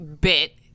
bit